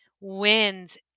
winds